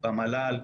במל"ל,